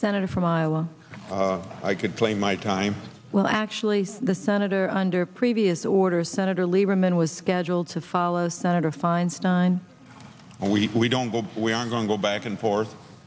senator from iowa i could play my time well actually the senator under previous orders senator lieberman was scheduled to follow senator feinstein and we we don't but we are going to go back and forth